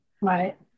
Right